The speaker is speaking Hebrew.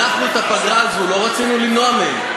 אנחנו את הפגרה הזאת לא רצינו למנוע מהם.